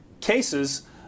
cases